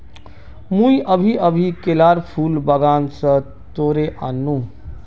मुई अभी अभी केलार फूल बागान स तोड़े आन नु